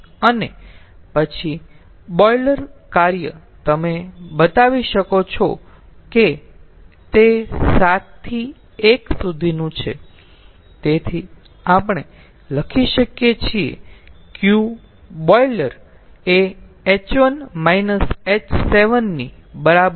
અને પછી બોઈલર કાર્ય તમે બતાવી શકો છો કે તે 7 થી 1 સુધીનું છે તેથી આપણે લખી શકીએ છીએ Qboiler એ h1 h7 ની બરાબર છે